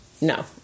No